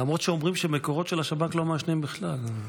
למרות שאומרים שמקורות של השב"כ לא מעשנים בכלל.